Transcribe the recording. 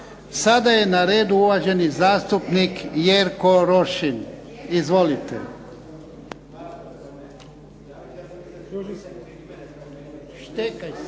Sada je na redu uvaženi zastupnik Jerko Rošin. Izvolite.